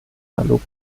analog